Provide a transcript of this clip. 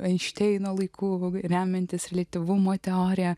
einšteino laikų remiantis reliatyvumo teorija